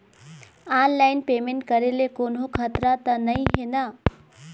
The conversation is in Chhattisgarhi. ऑनलाइन पेमेंट करे ले कोन्हो खतरा त नई हे न?